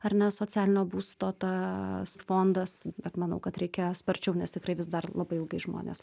ar ne socialinio būsto tas fondas bet manau kad reikia sparčiau nes tikrai vis dar labai ilgai žmonės